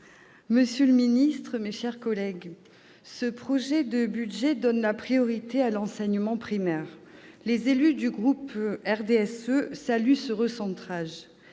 monsieur le ministre, mes chers collègues, ce projet de budget donne la priorité à l'enseignement primaire. Les membres du groupe du RDSE saluent ce recentrage.